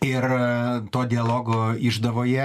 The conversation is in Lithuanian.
ir to dialogo išdavoje